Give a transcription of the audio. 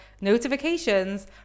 notifications